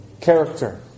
character